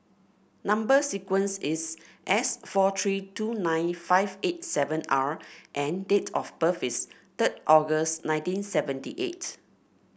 number sequence is S four three two nine five eight seven R and date of birth is third August One Thousand nine hundred and seventy eight